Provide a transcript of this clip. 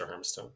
Harmstone